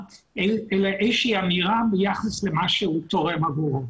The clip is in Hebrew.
אלא איזה שהיא אמירה ביחס למה שהוא תורם עבורו.